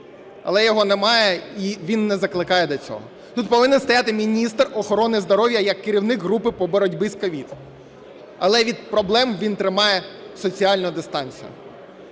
але його немає, і він не закликає до цього. Тут повинен стояти міністр охорони здоров'я як керівник групи по боротьбі з COVID, але від проблем він тримає соціальну дистанцію.